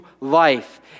life